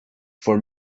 for